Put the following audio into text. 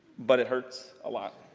but it hurts, a lot.